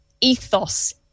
ethos